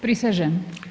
Prisežem.